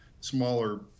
smaller